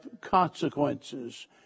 consequences